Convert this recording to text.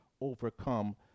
overcome